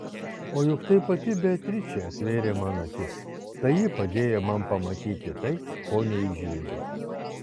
o juk tai pati beatričė atvėrė man akis tai ji padėjo man pamatyti tai ko neįžvelgiau